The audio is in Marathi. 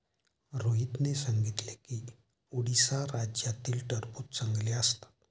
रोहितने सांगितले की उडीसा राज्यातील टरबूज चांगले असतात